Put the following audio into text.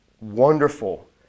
wonderful